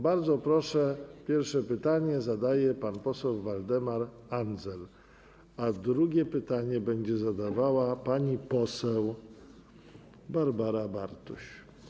Bardzo proszę, pierwsze pytanie zadaje pan poseł Waldemar Andzel, a drugie pytanie będzie zadawała pani poseł Barbara Bartuś.